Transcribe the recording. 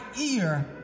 ear